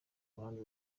ruhande